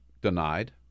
denied